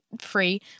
free